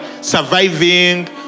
surviving